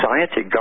society